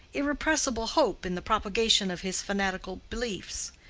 irrepressible hope in the propagation of his fanatical beliefs.